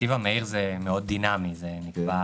מאוד דינמי, זה נקבע